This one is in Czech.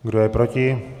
Kdo je proti?